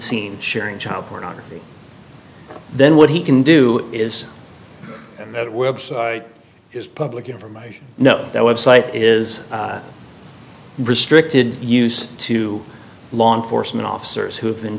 seen sharing child pornography then what he can do is that website is public information no that web site is restricted use to law enforcement officers who have been